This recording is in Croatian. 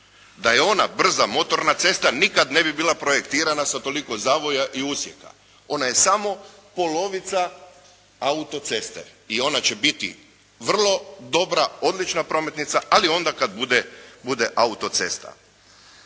Da je ona brza motorna cesta nikad ne bi bila projektirana sa toliko zavoja i usjeka. Ona je samo polovica autoceste i ona će biti vrlo dobra, odlična prometnica ali onda kad bude autocesta.